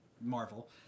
Marvel